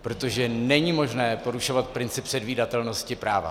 Protože není možné porušovat princip předvídatelnosti práva.